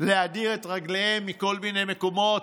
להדיר את רגליהם מכול מיני מקומות,